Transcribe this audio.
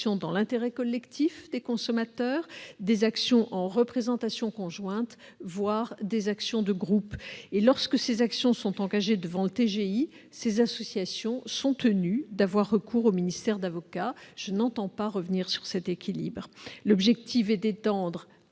dans l'intérêt collectif des consommateurs, des actions en représentation conjointe, voire des actions de groupe. Lorsque ces actions sont engagées devant le tribunal de grande instance, ces associations sont tenues d'avoir recours au ministère d'avocat. Je n'entends pas revenir sur cet équilibre. L'objectif est d'étendre